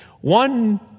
one